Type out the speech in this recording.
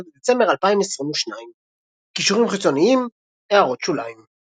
בדצמבר 2022. קישורים חיצוניים == הערות שוליים ==